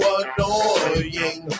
annoying